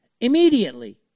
Immediately